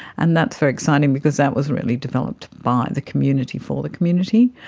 and that's very exciting because that was really developed by the community for the community,